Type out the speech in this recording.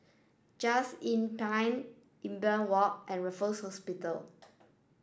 just Inn Pine Imbiah Walk and Raffles Hospital